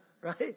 Right